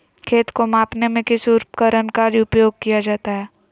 खेत को मापने में किस उपकरण का उपयोग किया जाता है?